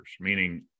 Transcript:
meaning